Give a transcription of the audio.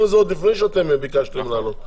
עוד לפני שאתם ביקשתם להעלות אותו,